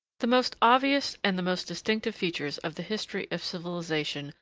the most obvious and the most distinctive features of the history of civilisation,